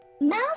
mouse